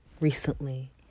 recently